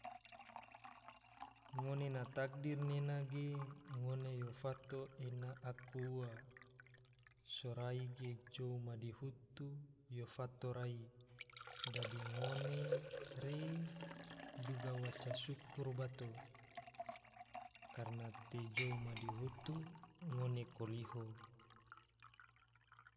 Ngone na takdir nena ge, ngone yo fato ena aku ua, sorai ge jou madihutu yo fato rai, dadi ngone re duga baca syukur bato. karna te jou madihutu ngone koliho